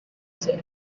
said